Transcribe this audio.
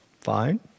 Fine